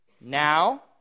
Now